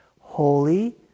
Holy